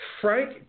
Frank